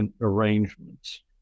arrangements